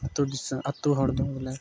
ᱟᱹᱛᱩ ᱫᱤᱥᱚᱢ ᱟᱹᱛᱩ ᱦᱚᱲ ᱫᱚ ᱵᱚᱞᱮ